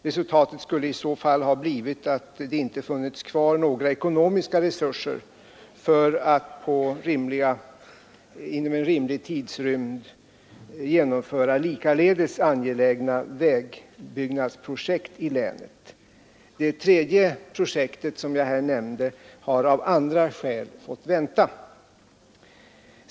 Resultatet skulle i så fall ha blivit att det inte funnits kvar några ekonomiska resurser för att inom rimlig tidsrymd genomföra likaledes angelägna vägprojekt inom länet. Det tredje projekt som jag nämnde har av andra skäl fått vänta.